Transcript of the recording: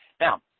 Now